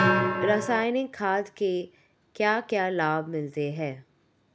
रसायनिक खाद के क्या क्या लाभ मिलते हैं?